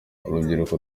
urubyiruko